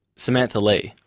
samantha lee.